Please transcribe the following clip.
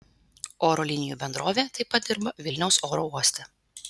oro linijų bendrovė taip pat dirba vilniaus oro uoste